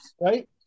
right